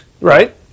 Right